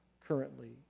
currently